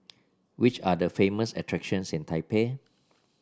which are the famous attractions in Taipei